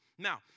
Now